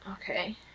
Okay